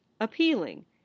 appealing